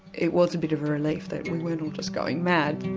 it was a bit of a relief that we weren't all just going mad.